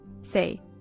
say